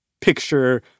picture